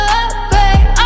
upgrade